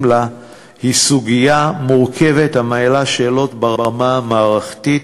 לה היא סוגיה מורכבת המעלה שאלות ברמה המערכתית,